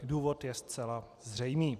Důvod je zcela zřejmý.